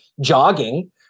jogging